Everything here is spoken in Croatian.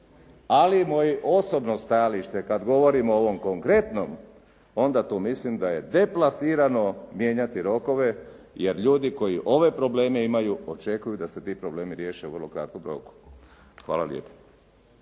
Ali moje osobno stajalište kad govorimo o ovom konkretnom onda tu mislim da je deplasirano mijenjati rokove, jer ljudi koji ove probleme imaju očekuju da se ti problemi riješe u vrlo kratkom roku. Hvala lijepa.